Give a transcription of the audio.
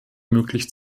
möglich